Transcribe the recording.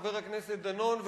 חבר הכנסת דנון,